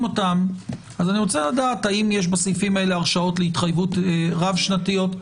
אז אני רוצה לדעת האם יש בסעיפים האלה הרשאות להתחייבות רב שנתיות.